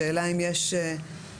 השאלה אם יש מבחנים כלליים?